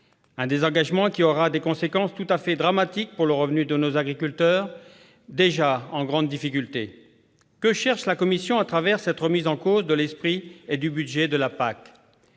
un désengagement progressif qui aura des conséquences tout à fait dramatiques pour le revenu de nos agriculteurs, déjà en grande difficulté. Que cherche la Commission à travers cette remise en cause de l'esprit et du budget de la PAC ?